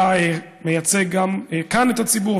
אתה מייצג גם כאן את הציבור,